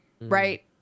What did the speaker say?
right